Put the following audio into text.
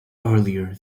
earlier